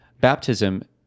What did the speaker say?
baptism